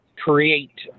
create